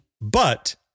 But-